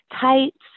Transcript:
tights